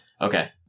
Okay